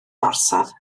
orsaf